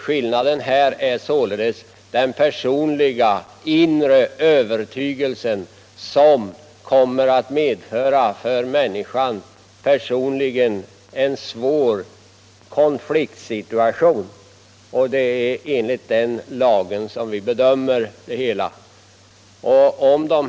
Skillnaden i detta fall är den personliga, inre övertygelsen, som gör att en del människor kan råka i en svår konfliktsituation. Det är också utgångspunkten för vår bedömning i sådana här frågor.